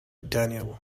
daniel